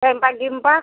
स्वयंपाक बिंपाक